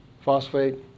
phosphate